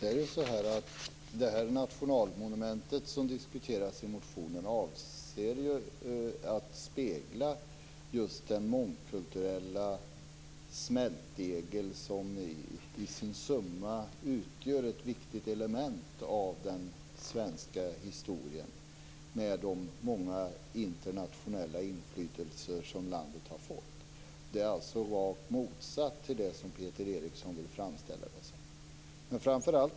Fru talman! Det nationalmonument som diskuteras i motionen avser ju att spegla just den mångkulturella smältdegel som i sin summa utgör ett viktigt element av den svenska historien med de många internationella inflytelser som landet har fått. Detta är alltså rakt motsatt mot det som Peter Eriksson vill framställa det som.